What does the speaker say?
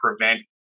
prevent